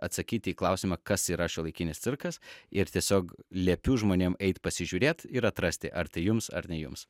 atsakyti į klausimą kas yra šiuolaikinis cirkas ir tiesiog liepiu žmonėm eit pasižiūrėt ir atrasti ar tai jums ar ne jums